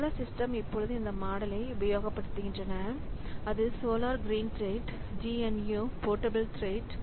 சில சிஸ்டம் இப்பொழுது இந்த மாடலை உபயோகப்படுத்துகின்றன அது solar green thread GNU portable thread